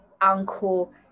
uncle